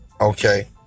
Okay